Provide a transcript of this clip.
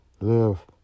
live